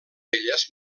elles